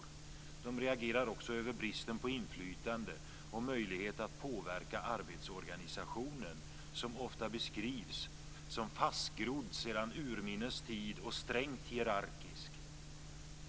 Man reagerar också över bristen på inflytande och möjlighet att påverka arbetsorganisationen, som ofta beskrivs som fastgrodd sedan urminnes tid och strängt hierarkisk.